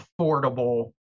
affordable